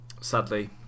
sadly